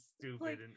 stupid